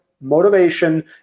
motivation